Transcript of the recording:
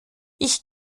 ich